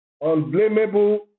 unblameable